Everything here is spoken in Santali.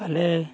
ᱟᱞᱮ